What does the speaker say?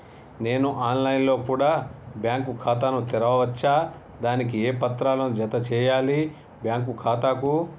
నేను online లో కూడా బ్యాంకు ఖాతా ను తెరవ వచ్చా? దానికి ఏ పత్రాలను జత చేయాలి బ్యాంకు ఖాతాకు?